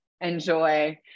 enjoy